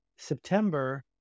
September